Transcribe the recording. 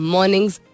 Mornings